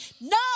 No